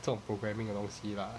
这种 programming 的东西 lah